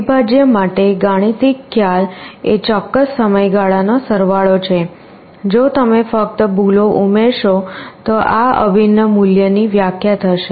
અવિભાજ્ય માટે ગાણિતિક ખ્યાલ એ ચોક્કસ સમયગાળાનો સરવાળો છે જો તમે ફક્ત ભૂલો ઉમેરશો તો આ અભિન્ન મૂલ્યની વ્યાખ્યા થશે